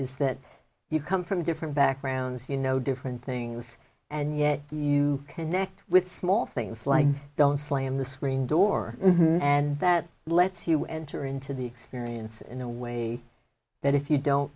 is that you come from different backgrounds you know different things and yet you connect with small things like don't slam the screen door and that lets you enter into the experience in a way that if you don't